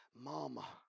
mama